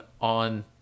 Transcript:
on